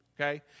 okay